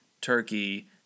Turkey